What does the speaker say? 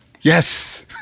Yes